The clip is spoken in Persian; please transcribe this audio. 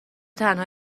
تنها